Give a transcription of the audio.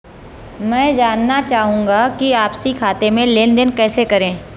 मैं जानना चाहूँगा कि आपसी खाते में लेनदेन कैसे करें?